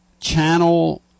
Channel